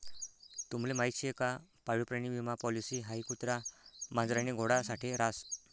तुम्हले माहीत शे का पाळीव प्राणी विमा पॉलिसी हाई कुत्रा, मांजर आणि घोडा साठे रास